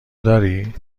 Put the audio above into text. داری